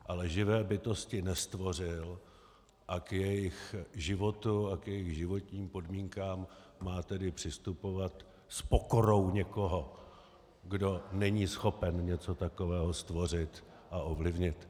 Ale živé bytosti nestvořil a k jejich životu a k jejich životním podmínkám má tedy přistupovat s pokorou někoho, kdo není schopen něco takového stvořit a ovlivnit.